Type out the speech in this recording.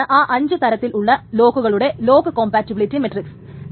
ഇതാണ് ഈ അഞ്ചു തരത്തിലുളള ലോക്കുകളുടെ ലോക്ക് കോംപാറ്റിബിലിറ്റി മെടിക്സ്